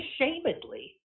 unashamedly